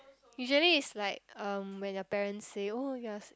usually is like um when your parents say oh you are s~